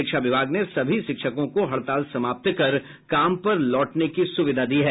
शिक्षा विभाग ने सभी शिक्षकों को हड़ताल समाप्त कर काम पर लौटने की सुविधा दी है